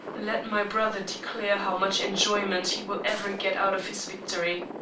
let my brother declare how much enjoyment he will ever get out of his victory.